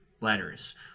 letters